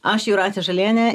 aš jūratė žalienė